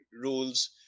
rules